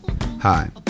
Hi